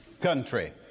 country